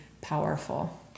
powerful